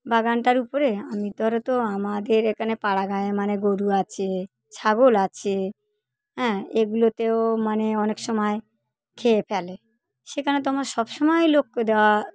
বাগানটার উপরে আমি তো আর অত আমাদের এখানে পাড়াগাঁয়ে মানে গোরু আছে ছাগল আছে হ্যাঁ এগুলোতেও মানে অনেক সময় খেয়ে ফেলে সেখানে তো আমার সবসময় লক্ষ দেওয়া